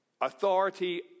Authority